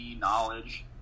knowledge